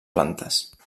plantes